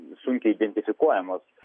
sunkiai identifikuojamos